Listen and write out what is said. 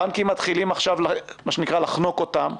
הבנקים מתחילים עכשיו, מה שנקרא, לחנוק אותם.